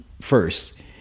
first